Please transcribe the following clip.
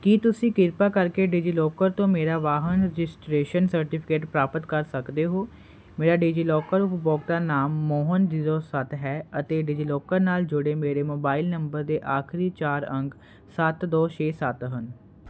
ਕੀ ਤੁਸੀਂ ਕ੍ਰਿਪਾ ਕਰਕੇ ਡਿਜੀਲੋਕਰ ਤੋਂ ਮੇਰਾ ਵਾਹਨ ਰਜਿਸਟ੍ਰੇਸ਼ਨ ਸਰਟੀਫਿਕੇਟ ਪ੍ਰਾਪਤ ਕਰ ਸਕਦੇ ਹੋ ਮੇਰਾ ਡਿਜੀਲੋਕਰ ਉਪਭੋਗਤਾ ਨਾਮ ਮੋਹਨ ਜੀਰੋ ਸੱਤ ਹੈ ਅਤੇ ਡਿਜੀਲੋਕਰ ਨਾਲ ਜੁੜੇ ਮੇਰੇ ਮੋਬਾਈਲ ਨੰਬਰ ਦੇ ਆਖਰੀ ਚਾਰ ਅੰਕ ਸੱਤ ਦੋ ਛੇ ਸੱਤ ਹਨ